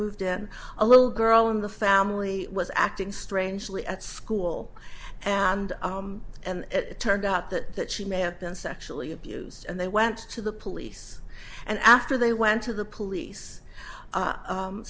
moved in a little girl in the family was acting strangely at school and it turned out that she may have been sexually abused and they went to the police and after they went to the police